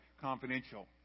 confidential